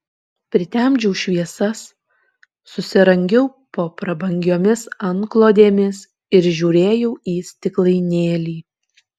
pritemdžiau šviesas susirangiau po prabangiomis antklodėmis ir žiūrėjau į stiklainėlį